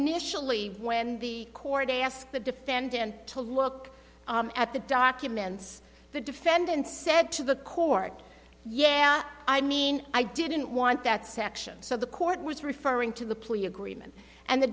nationally when the court asked the defendant to look at the documents the defendant said to the court yes i mean i didn't want that section so the court was referring to the